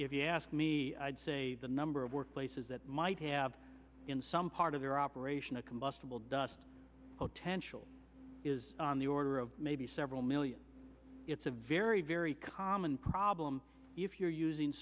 if you ask me i'd say the number of workplaces that might have in some part of iraq gratian a combustible dust potential is on the order of maybe several million it's a very very common problem if you're using